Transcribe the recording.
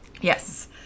Yes